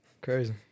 crazy